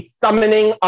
summoning